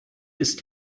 ist